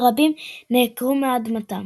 ורבים נעקרו מאדמתם.